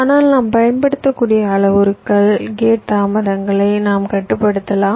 ஆனால் நாம் பயன்படுத்தக்கூடிய அளவுருக்கள் கேட் தாமதங்களை நாம் கட்டுப்படுத்தலாம்